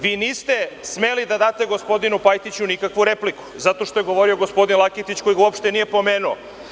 Vi niste smeli da date gospodinu Pajtiću nikakvu repliku, zato što je govorio gospodin Laketić koji ga uopšte nije pomenuo.